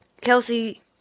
Kelsey